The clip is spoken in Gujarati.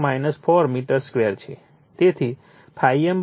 તેથી ∅m 1